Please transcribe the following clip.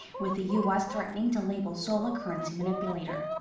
with the u s. threatening to label seoul a currency manipulator.